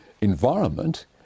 environment